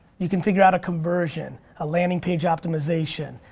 you can figure out a conversion, a landing page optimization,